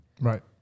Right